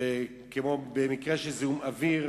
כמו במקרה של זיהום אוויר,